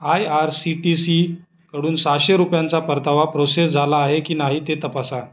I R C T सीकडून सहाशे रुपयांचा परतावा प्रोसेस झाला आहे की नाही ते तपासा